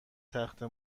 تخته